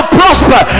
prosper